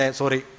sorry